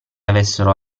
avessero